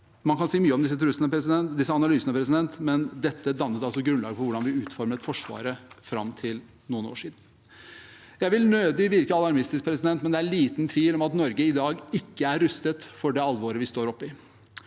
Mye kan sies om disse analysene, men dette dannet grunnlaget for hvordan vi har utformet forsvaret vårt fram til for noen år siden. Jeg vil nødig virke alarmistisk, men det er liten tvil om at Norge i dag ikke er rustet for det alvoret vi står oppe